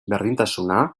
berdintasuna